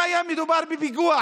אם היה מדובר בפיגוע